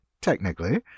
technically